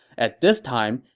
at this time,